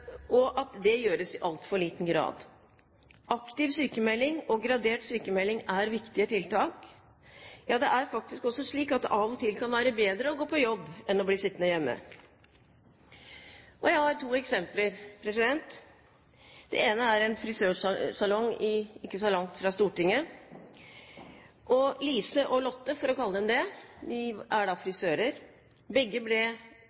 gradert sykmelding er viktige tiltak. Ja, det er faktisk også slik at det av og til kan være bedre å gå på jobb enn å bli sittende hjemme. Jeg har ett eksempel fra en frisørsalong ikke så langt fra Stortinget. Lise og Lotte, for å kalle dem det, er frisører. Begge ble